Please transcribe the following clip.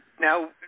now